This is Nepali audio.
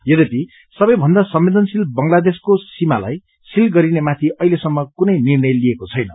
यध्यपि सबैभन्दा संवदेनशील बंगलादेशको सीमालाई सील गरिने माथि अहिलेसम्म कुनै निर्णय लिएको छैन